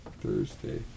Thursday